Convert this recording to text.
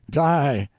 die!